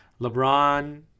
LeBron